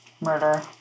Murder